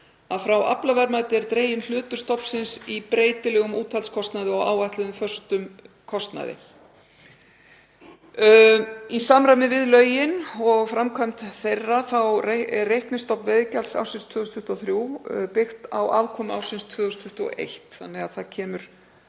að frá aflaverðmæti er dreginn hlutur stofnsins í breytilegum úthaldskostnaði og áætluðum föstum kostnaði. Í samræmi við lögin og framkvæmd þeirra byggist reiknistofn veiðigjalds ársins 2023 á afkomu ársins 2021, þannig að það kemur